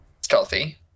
stealthy